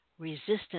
resistance